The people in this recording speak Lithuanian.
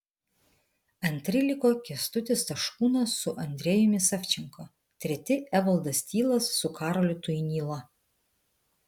antri liko kęstutis taškūnas su andrejumi savčenko treti evaldas tylas su karoliu tuinyla